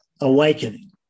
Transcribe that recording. awakening